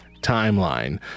timeline